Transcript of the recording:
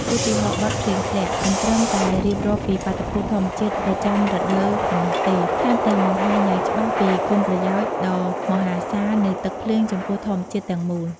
ឧទាហរណ៍បទ "ភ្លៀងធ្លាក់" មិនត្រឹមតែរៀបរាប់ពីបាតុភូតធម្មជាតិប្រចាំរដូវប៉ុណ្ណោះទេ ថែមទាំងបង្ហាញយ៉ាងច្បាស់ពីគុណប្រយោជន៍ដ៏មហាសាល នៃទឹកភ្លៀងចំពោះធម្មជាតិទាំងមូល។